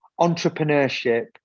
entrepreneurship